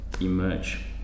emerge